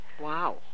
Wow